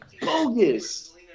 bogus